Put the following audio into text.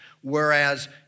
whereas